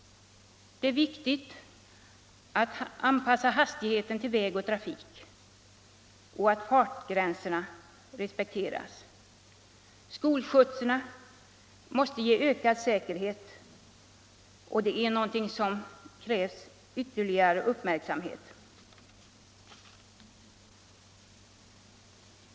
Det är viktigt att anpassa hastigheten till väg och trafik och att fartgränserna respekteras. Skolskjutsarna måste ges ökad säkerhet — detta är någonting som kräver ytterligare uppmärksamhet.